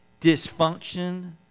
dysfunction